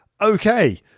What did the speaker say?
Okay